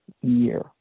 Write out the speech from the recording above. year